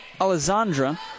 Alessandra